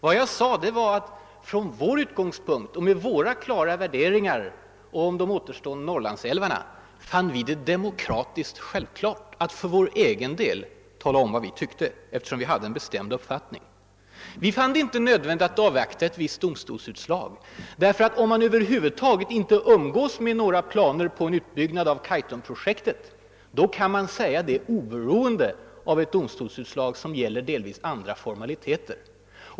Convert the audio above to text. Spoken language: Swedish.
Vad jag sade var att från vår utgångspunkt och med våra klara värderingar i fråga om de återstående Norrlandsälvarna fann vi det demokratiskt självklart att för vår egen del tala om vad vi tyckte, eftersom vi hade en bestämd uppfattning. Vi fann det inte nödvändigt att avvakta ett visst domstolsutslag. Ty om man över huvud taget inte umgås med några planer på utbyggnad av Kaitumprojektet, kan man säga det oberoende av ett domstolsutslag som delvis gäller andra formaliteter.